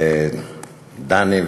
דני,